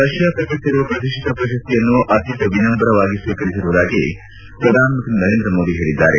ರಷ್ಠಾ ಪ್ರಕಟಿಸಿರುವ ಪ್ರತಿಷ್ಠಿತ ಪ್ರಶಸ್ತಿಯನ್ನು ಅತ್ಯಂತ ವಿನಮ್ರವಾಗಿ ಸ್ವೀಕರಿಸುವುದಾಗಿ ಪ್ರಧಾನಮಂತ್ರಿ ನರೇಂದ್ರ ಮೋದಿ ಹೇಳಿದ್ದಾರೆ